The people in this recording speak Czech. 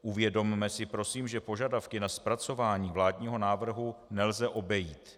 Uvědomme si prosím, že požadavky na zpracování vládního návrhu nelze obejít.